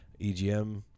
EGM